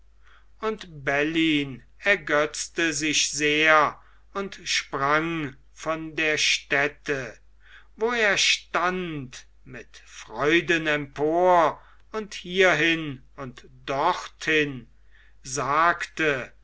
und bellyn ergötzte sich sehr und sprang von der stätte wo er stand mit freuden empor und hierhin und dorthin sagte